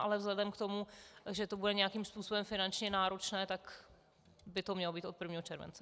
Ale vzhledem k tomu, že to bude nějakým způsobem finančně náročné, tak by to mělo být od 1. července.